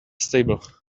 stable